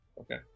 Okay